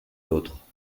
l’autre